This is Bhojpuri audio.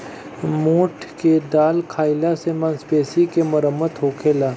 मोठ के दाल खाईला से मांसपेशी के मरम्मत होखेला